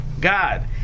God